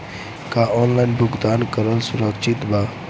का ऑनलाइन भुगतान करल सुरक्षित बा?